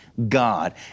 God